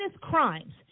crimes